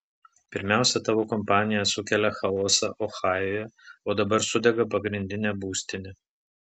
pirmiausia tavo kompanija sukelia chaosą ohajuje o dabar sudega pagrindinė būstinė